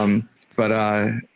um but i